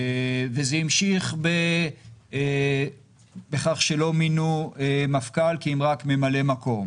וזה המשיך בכך שלא מינו מפכ"ל כי אם רק ממלא מקום,